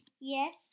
Yes